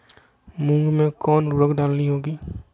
मूंग में कौन उर्वरक डालनी होगी?